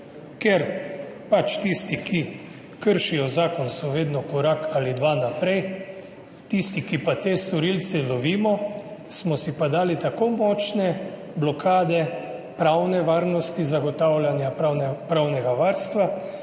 so pač tisti, ki kršijo zakon, vedno korak ali dva naprej, tisti, ki te storilce lovimo, smo si pa dali tako močne blokade pravne varnosti, zagotavljanja pravnega varstva,